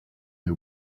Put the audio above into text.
who